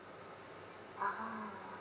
ah